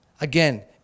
Again